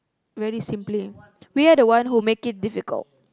very simply we are the one who make it difficult